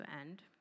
end